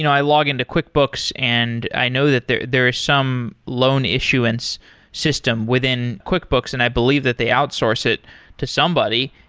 and i log into quickbooks and i know that there there is some loan issuance system within quickbooks and i believe that they outsource it to somebody.